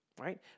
right